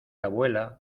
abuela